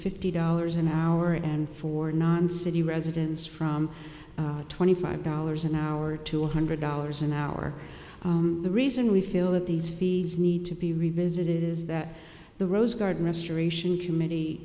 fifty dollars an hour and for non city residents from twenty five dollars an hour to one hundred dollars an hour the reason we feel that these fees need to be revisited is that the rose garden restoration